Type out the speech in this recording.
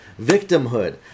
victimhood